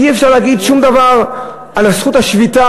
אי-אפשר להגיד שום דבר על זכות השביתה